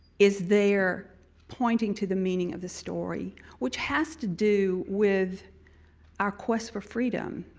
is there pointing to the meaning of the story which has to do with our quest for freedom.